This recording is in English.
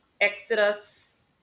Exodus